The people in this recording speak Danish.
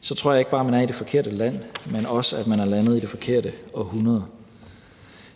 Så tror jeg ikke bare, man er i det forkerte land, men også at man er landet i det forkerte århundrede.